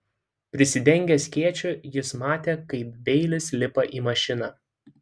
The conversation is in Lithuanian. prisidengęs skėčiu jis matė kaip beilis lipa į mašiną